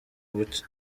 buke